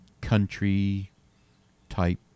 country-type